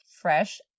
fresh